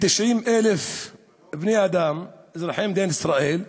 וכ-90,000 בני-אדם, אזרחי מדינת ישראל,